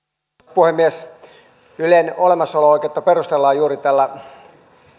puhemies ylen olemassaolon oikeutta perustellaan juuri tällä